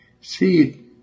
see